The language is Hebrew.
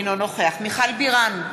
אינו נוכח מיכל בירן,